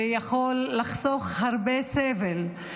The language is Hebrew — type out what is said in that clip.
ויכול לחסוך הרבה סבל,